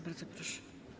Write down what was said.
Bardzo proszę.